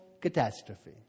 catastrophe